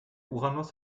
uranus